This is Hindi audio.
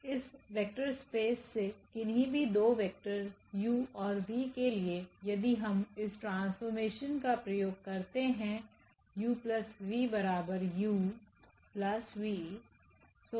इस वेक्टर स्पेस से किन्ही भी दो वेक्टर u और v के लिए यदि हम इस ट्रांसफॉर्मेशन का प्रयोग करते हैं 𝑢 𝑣 𝑢 𝑣